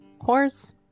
horse